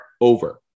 over